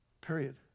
Period